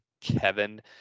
Kevin